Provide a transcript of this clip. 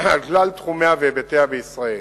על כלל תחומיה והיבטיה בישראל,